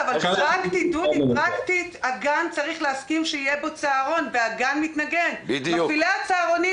זה על חשבון ההורים והסייעות